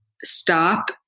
stop